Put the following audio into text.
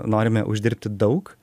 norime uždirbti daug